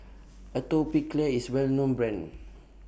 Atopiclair IS A Well known Brand